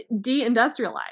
de-industrialize